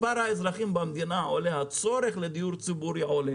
מספר האזרחים במדינה עולה הצורך לדיור ציבורי עולה